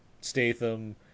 Statham